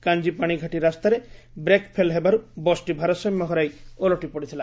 କାଞିପାଶି ଘାଟି ରାସ୍ତାରେ brake fail ହେବାରୁ ବସ୍ଟି ଭାରସାମ୍ୟ ହରାଇ ଓଲଟି ପଡ଼ିଥିଲା